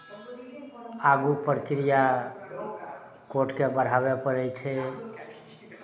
आगू प्रक्रिया कोर्टके बढ़ावय पड़ै छै